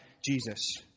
Jesus